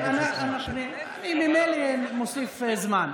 אני ממילא מוסיף זמן.